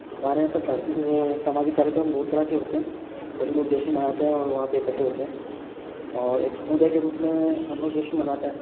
हमारे यहाँ पर धार्मिक सामाजिक कार्यक्रम बहुत तरह के होते हैं सभी लोग जश्न मनाते हैं और वहाँ पर इकट्ठे होते हैं और एक समुदाय के रूप में हम लोग जश्न मनाते हैं